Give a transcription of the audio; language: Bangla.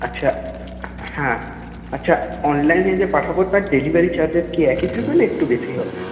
আচ্ছা হ্যাঁ আচ্ছা অনলাইনে যে পাঠাবো তার ডেলিভারি চার্জ কি একই থাকবে না একটু বেশী হবে